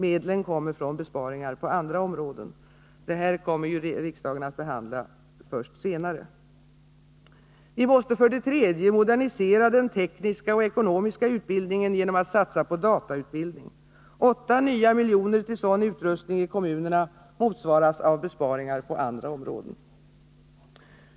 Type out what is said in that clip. Medlen kommer från besparingar på andra områden. Detta behandlar riksdagen dock först senare. Vi måste för det tredje modernisera den tekniska och ekonomiska utbildningen genom att satsa på datautbildning. 8 nya miljoner till sådan utrustning i kommunerna motsvaras av besparingar på andra områden.